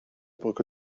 brücke